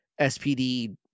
spd